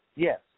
Yes